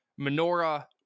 Menorah